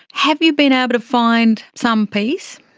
have you been able to find some peace?